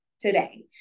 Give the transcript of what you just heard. today